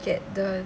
get the